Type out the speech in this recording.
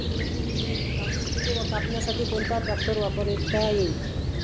कापूस पिके कापण्यासाठी कोणता ट्रॅक्टर वापरता येईल?